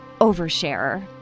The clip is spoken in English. oversharer